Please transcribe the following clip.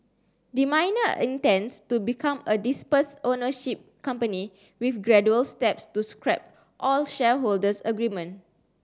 the miner intends to become a dispersed ownership company with gradual steps to scrap all shareholders agreement